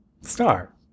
Star